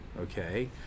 Okay